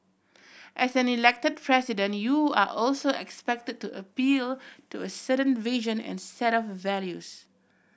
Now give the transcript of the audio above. as an Elected President you are also expected to appeal to a certain vision and set of values